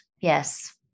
yes